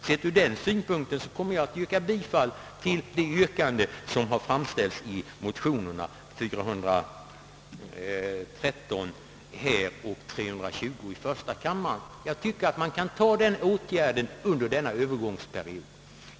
Med den motiveringen kommer jag att hemställa om bifall till det yrkande som har framförts i motionerna II: 413 och 1I1:320. Jag tycker att man bör kunna vidta den åtgärden under en övergångsperiod.